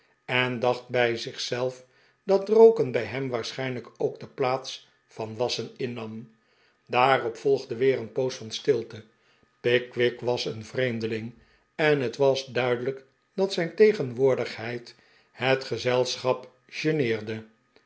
en dacht bij zich zelf dat rooken bij hem waarschijnlijk ook de plaats van wasschen innam daarop volgde weer een poos van stilte pickwick was een vreemdeling en het was duidelijk dat zijn tegenwoordigheid het gezelschap